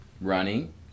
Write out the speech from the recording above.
Running